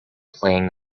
playing